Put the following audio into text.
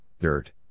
dirt